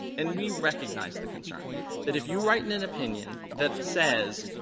and we recognize the concern that if you write in an opinion that says,